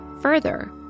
Further